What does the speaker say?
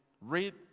read